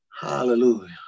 hallelujah